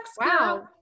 Wow